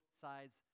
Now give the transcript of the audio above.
sides